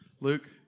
Luke